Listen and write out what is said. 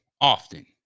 often